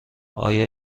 آیا